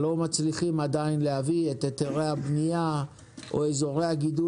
לא מצליחים עדיין להביא את היתרי הבנייה או אזורי הגידול